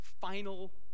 Final